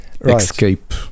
escape